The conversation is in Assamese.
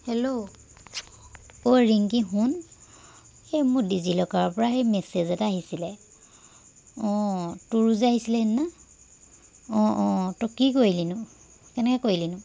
হেল্ল' অঁ ৰিংকী শুন সেই মোৰ ডিজি ল'কাৰৰ পৰা সেই মেছেজ এটা আহিছিলে অঁ তোৰো যে আহিছিলে সেইদিনা অঁ অঁ তই কি কৰিলিনো কেনেকৈ কৰিলিনো